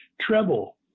treble